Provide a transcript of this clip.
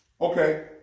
Okay